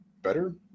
better